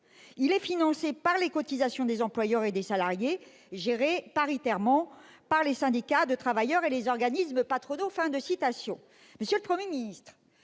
« est financé par les cotisations des employeurs et des salariés, géré paritairement par les syndicats de travailleurs et les organismes patronaux